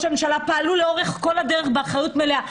הממשלה פעלו לאורך כל הדרך באחריות מלאה,